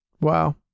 Wow